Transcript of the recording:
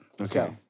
Okay